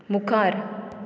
मुखार